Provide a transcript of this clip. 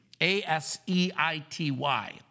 A-S-E-I-T-Y